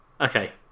Okay